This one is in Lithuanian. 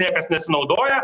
niekas nesinaudoja